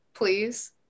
please